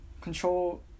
control